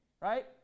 right